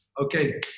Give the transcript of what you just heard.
okay